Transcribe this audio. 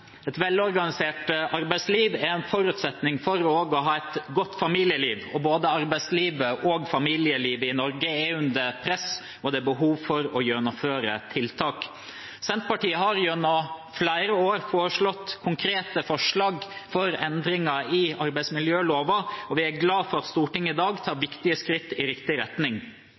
Et velorganisert arbeidsliv er en forutsetning for å ha et godt familieliv. Både arbeidslivet og familielivet i Norge er under press, og det er behov for å gjennomføre tiltak. Senterpartiet har gjennom flere år fremmet konkrete forslag om endringer i arbeidsmiljøloven, og vi er glad for at Stortinget i dag tar viktige skritt i riktig